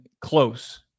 close